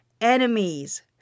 enemies